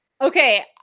Okay